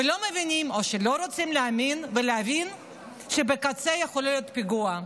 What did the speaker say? ולא מבינים או שלא רוצים להאמין ולהבין שבקצה יכול להיות פיגוע.